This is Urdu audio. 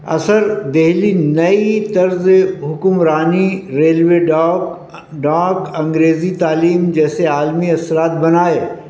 اثر دہلی نئی طرز حکمرانی ریلوے ڈاک ڈاک انگریزی تعلیم جیسے عالمی اثرات بنائے